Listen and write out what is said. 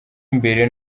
imbere